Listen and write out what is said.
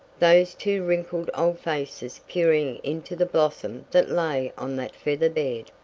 those two wrinkled old faces peering into the blossom that lay on that feather bed!